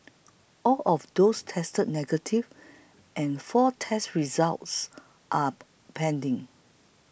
all of those tested negative and four test results are pending